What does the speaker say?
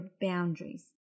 boundaries